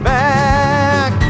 back